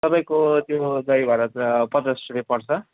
तपाईँको त्यो दहीबडा त पचास रुपियाँ पर्छ